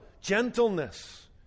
gentleness